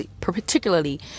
particularly